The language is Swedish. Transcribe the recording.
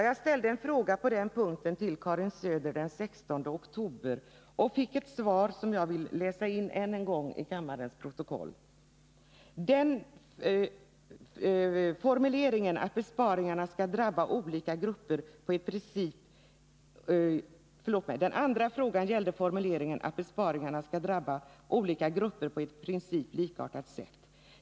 Jag ställde en fråga till Karin Söder i en debatt här i riksdagen den 16 oktober, och jag fick ett svar som jag vill läsa in i kammarens protokoll än en gång: ”Den andra frågan gällde formuleringen att besparingarna skall drabba olika grupper på ett i princip likartat sätt.